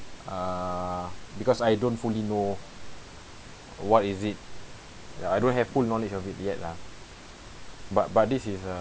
uh because I don't fully know what is it ya I don't have full knowledge of it yet lah but but this is a